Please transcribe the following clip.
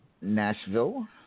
Nashville